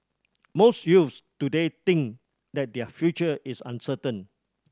most youths today think that their future is uncertain